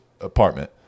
apartment